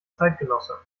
zeitgenosse